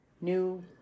new